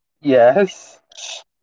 Yes